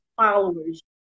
followers